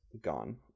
gone